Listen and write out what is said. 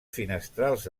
finestrals